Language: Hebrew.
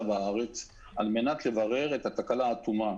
בארץ על מנת לברר את התקלה עד תומה,